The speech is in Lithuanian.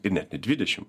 ir net ne dvidešim